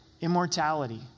Immortality